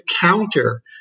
counter